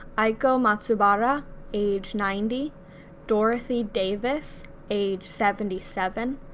aiko matsubara age ninety dorothy davis age seventy seven,